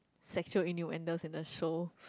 sexual innuendos in the show